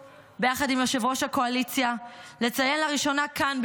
ביחד עם ראש הקואליציה הייתה לי הזכות לציין לפני כמה שנים לראשונה כאן,